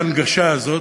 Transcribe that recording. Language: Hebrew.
בהנגשה הזאת,